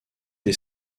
des